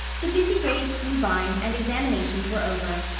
the busy days flew by and examinations were over.